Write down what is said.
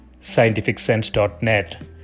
scientificsense.net